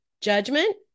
judgment